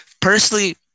Personally